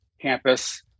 campus